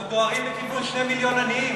אנחנו דוהרים לכיוון 2 מיליון עניים.